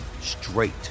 straight